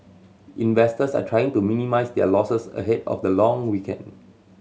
investors are trying to minimise their losses ahead of the long weekend